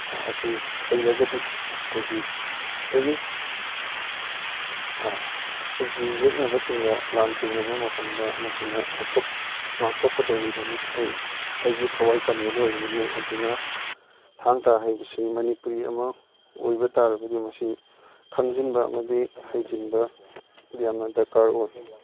ꯑꯁꯤ ꯍꯩꯔꯒꯗꯤ ꯑꯩꯈꯣꯏꯒꯤ ꯑꯦꯅꯤ ꯑꯩꯒꯤ ꯌꯦꯛꯅꯕꯁꯤꯡꯒ ꯂꯥꯟꯊꯦꯡꯅꯕ ꯃꯇꯝꯗ ꯃꯁꯤꯅ ꯉꯥꯛꯊꯣꯛꯀꯗꯧꯔꯤꯕꯅꯤ ꯑꯩ ꯑꯩꯒꯤ ꯊꯋꯥꯏ ꯀꯟꯒꯗꯧꯔꯤꯕꯅꯤ ꯑꯗꯨꯅ ꯊꯥꯡ ꯇꯥ ꯍꯥꯏꯕꯁꯤ ꯃꯅꯤꯄꯨꯔꯤ ꯑꯃ ꯑꯣꯏꯕ ꯇꯥꯔꯕꯗꯤ ꯃꯁꯤ ꯈꯪꯖꯤꯟꯕ ꯑꯃꯗꯤ ꯍꯩꯖꯤꯟꯕ ꯌꯥꯝꯅ ꯗꯔꯀꯥꯔ ꯑꯣꯏ